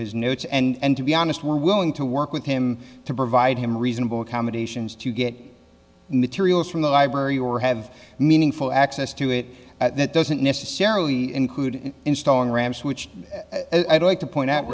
his notes and to be honest we're willing to work with him to provide him reasonable accommodations to get materials from the library or have meaningful access to it at that doesn't necessarily include installing ramps which as i'd like to point out